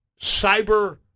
Cyber